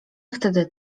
wtedy